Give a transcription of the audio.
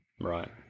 Right